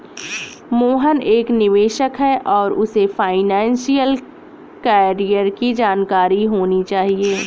मोहन एक निवेशक है और उसे फाइनेशियल कैरियर की जानकारी होनी चाहिए